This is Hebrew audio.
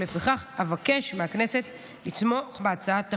ולפיכך אבקש מהכנסת לתמוך בהצעת החוק.